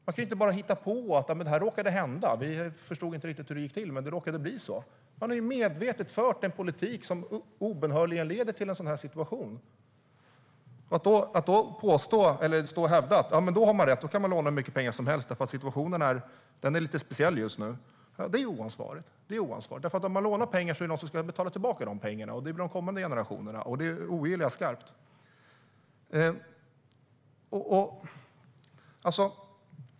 Man kan inte bara hitta på att det här råkade hända och att man inte riktigt förstod hur det gick till. Man har ju medvetet fört en politik som obönhörligen leder till en sådan här situation. Att då stå och hävda att man kan låna hur mycket pengar som helst, eftersom situationen är lite speciell just nu är oansvarigt. Om man lånar pengar ska någon betala tillbaka dem, och det är de kommande generationerna. Det ogillar jag skarpt.